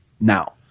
now